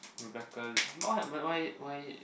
Rebecca why why why why